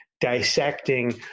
dissecting